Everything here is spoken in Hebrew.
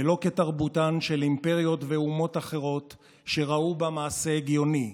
ולא כתרבותן של אימפריות ואומות אחרות שראו בה מעשה הגיוני,